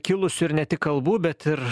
kilusių ir ne tik kalbų bet ir